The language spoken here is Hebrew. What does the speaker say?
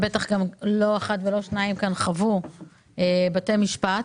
ובטח לא אחד ולא שניים כאן חוו בתי משפט,